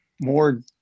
more